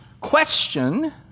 question